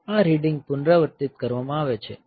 આ રીડીંગ પુનરાવર્તિત કરવામાં આવે છે